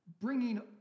bringing